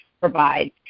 provides